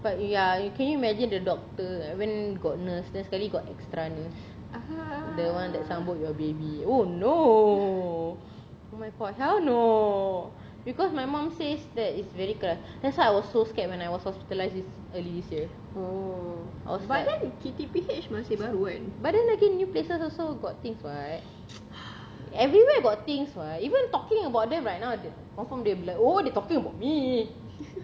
but ya you can you imagine the doctor when got nurse then sekali got extra nurse the one that sambut your baby oh no oh my god hell no because my mum says that it's very keras lah that's why I was so scared when I was hospitalised early this year I was like but then again new places also got things [what] everywhere got things [what] even talking about them right now confirm they'll be like oh they talking about me